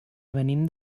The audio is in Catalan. venim